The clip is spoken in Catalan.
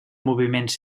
moviments